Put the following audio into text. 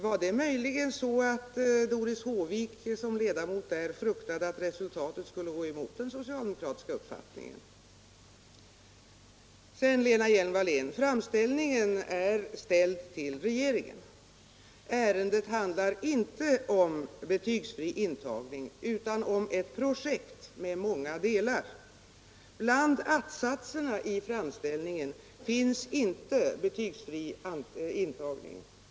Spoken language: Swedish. Var det möjligen så alt Doris Håvik som ledamot där fruktade att resultatet skulle gå emot den socialdemokratiska uppfattningen? Sedan, Lena Hjelm-Wallén: Framställningen är riktad till regeringen. Arendet handlar inte om betygsfri intagning utan om ett projekt med många delar. Bland att-satserna i framställningen finns inte betygsfri intagning.